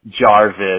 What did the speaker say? Jarvis